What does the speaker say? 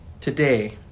today